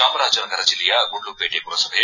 ಚಾಮರಾಜನಗರ ಜಿಲ್ಲೆಯ ಗುಂಡ್ಲುಪೇಟೆ ಪುರಸಭೆ